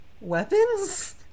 weapons